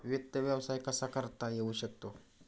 वित्त व्यवसाय कसा करता येऊ शकतो?